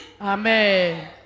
Amen